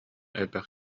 элбэх